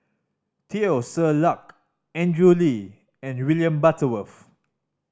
Teo Ser Luck Andrew Lee and William Butterworth